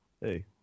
Hey